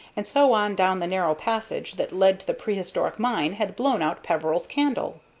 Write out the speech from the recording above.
and so on down the narrow passage that led to the prehistoric mine, had blown out peveril's candle.